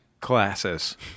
classes